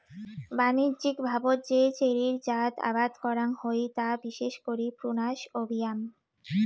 বাণিজ্যিকভাবত যে চেরির জাত আবাদ করাং হই তা বিশেষ করি প্রুনাস অভিয়াম